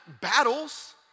battles